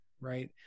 right